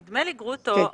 נדמה לי,